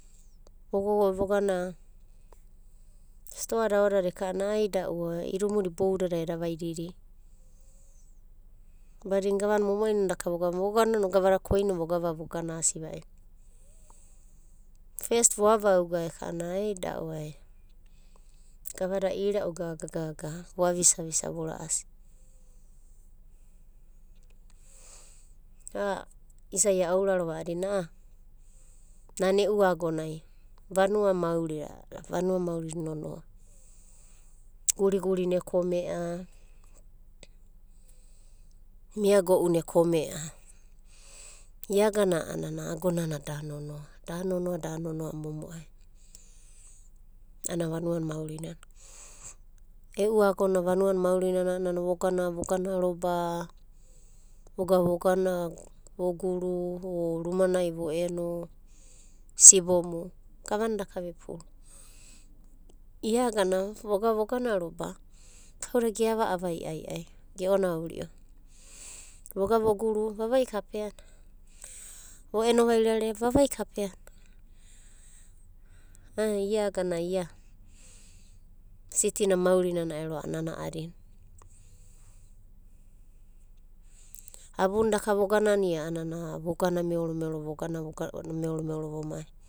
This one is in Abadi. Vogogo vogana stoa da aodada eka'una aida'uai idumuda boudadai eda vaididi, badina gavana momo'ai nana daka vogavana. Voga gavada koino vogava voganasi va'iro. Fest voavauga eka'ana aida'ue gavada ira'u gaga vo avisa avisa vo ra'asi. A'a isai aouraroava a'adina, nana e'u agonai vanua maurina vanua maurina nonoa. Gurigurina ekome'a, miago'una ekome'a. Iagana a'anana agonana do nonoa, da nonoa, da nonoa momo'ai a'ana vanuana maurinana. E'u agona vanuana maurinana a'anana voga voganaroba, voga vogana voguru, rumanai vo eno sobomu gavana daka vepuru. Iagana vogana roba, kauda geava avai a'iaiva, ge'onauri'ova, voga voguru. Vavai kapeana, vo eno vairearea, vavai kapeana. Ai ia agana ai ia sitina maurinana ero a'ana a'adina. Abuna daka vogananio a'anana vogana meoro meoro vogana meoro meoro vomai.